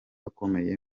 akomeye